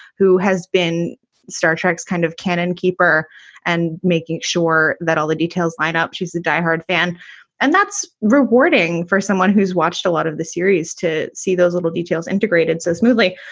who has been a star trek's kind of canon keeper and making sure that all the details line up. she's a diehard fan and that's rewarding for someone who's watched a lot of the series to see those little details integrated so smoothly.